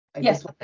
Yes